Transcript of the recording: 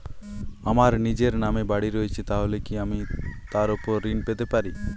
আমার নিজের নামে বাড়ী রয়েছে তাহলে কি আমি তার ওপর ঋণ পেতে পারি?